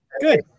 Good